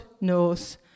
knows